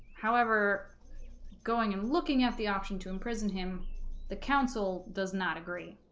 however going and looking at the option to imprison him the council does not agree